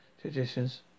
traditions